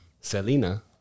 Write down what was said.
Selena